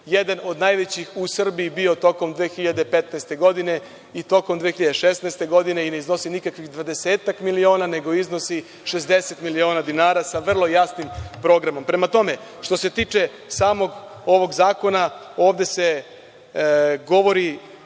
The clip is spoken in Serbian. jedan od najvećih u Srbiji bio tokom 2015. godine i tokom 2016. godine. Ne iznosi nikakvih dvadesetak miliona, nego iznosi 60 miliona dinara, sa vrlo jasnim programom. Prema tome, što se tiče samog ovog zakona, ovde se govori